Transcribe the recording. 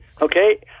Okay